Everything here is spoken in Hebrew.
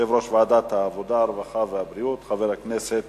יושב-ראש ועדת העבודה, הרווחה והבריאות חבר הכנסת